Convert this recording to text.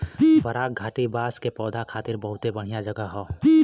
बराक घाटी बांस के पौधा खातिर बहुते बढ़िया जगह हौ